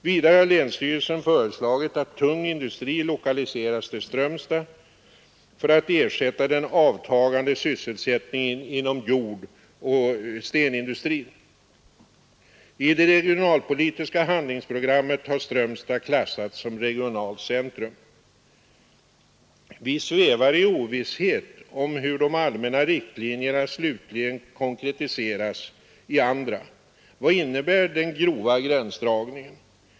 Vidare har länsstyrelsen föreslagit att tung industri lokaliseras till Strömstad för att ersätta den avtagande sysselsättningen inom jordoch stenindustrin. I det regionalpolitiska handlingsprogrammet har Strömstad klassats som regionalt centrum. Vi svävar i ovisshet om hur de allmänna riktlinjerna slutligen konkretiseras i andra. Vad innebär den grova gränsdragningen?